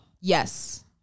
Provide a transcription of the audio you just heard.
Yes